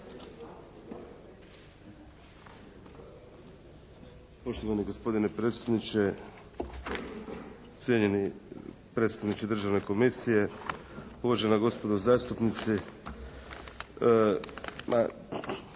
Poštovani gospodine predsjedniče, cijenjeni predstavniče Državne komisije, uvažena gospodo zastupnici!